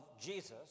Jesus